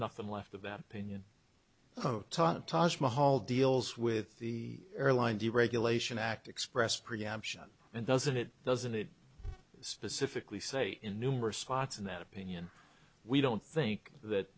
nothing left of that opinion oh tom taj mahal deals with the airline deregulation act express preemption and doesn't it doesn't it specifically say in numerous spots in that opinion we don't think that